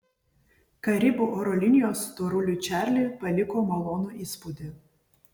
karibų oro linijos storuliui čarliui paliko malonų įspūdį